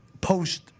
post